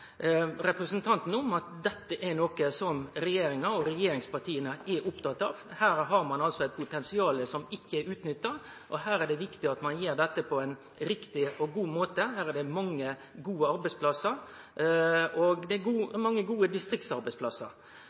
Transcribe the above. representanten at dette er noko som regjeringa og regjeringspartia er opptatt av. Her har ein altså eit potensial som ikkje er utnytta, og det er viktig at ein gjer dette på ein riktig og god måte. Her er det mange gode arbeidsplassar, og det er mange gode distriktsarbeidsplassar.